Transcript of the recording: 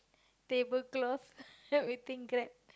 tablecloth everything grab